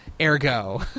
Ergo